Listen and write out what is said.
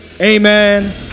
amen